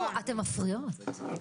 חבר הכנסת אוריאל בוסו,